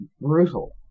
brutal